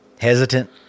hesitant